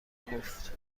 گفت